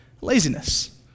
Laziness